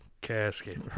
Cascade